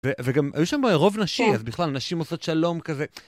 וגם, היו שם רוב נשי, אז בכלל, נשים עושות שלום כזה.